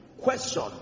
Question